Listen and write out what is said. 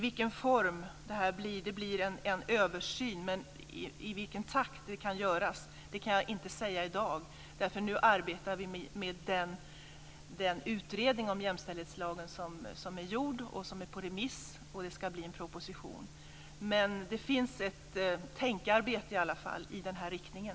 Det blir en översyn, men i vilken takt den kan göras kan jag inte säga i dag. Nu arbetar vi med den utredning om jämställdhetslagen som är gjord och som är på remiss. Det ska bli en proposition. Det finns i alla fall ett tankearbete i den här riktningen.